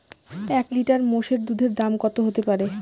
এক লিটার মোষের দুধের দাম কত হতেপারে?